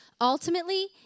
Ultimately